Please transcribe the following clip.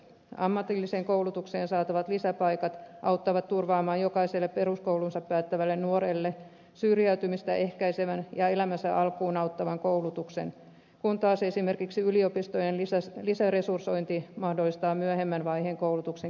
ammatilliseen koulutukseen saatavat lisäpaikat auttavat turvaamaan jokaiselle peruskoulunsa päättävälle nuorelle syrjäytymistä ehkäisevän ja elämänsä alkuun auttavan koulutuksen kun taas esimerkiksi yliopistojen lisäresursointi mahdollistaa myöhemmän vaiheen koulutuksen kehittämisen